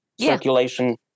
circulation